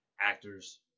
actors